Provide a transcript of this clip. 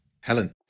Helen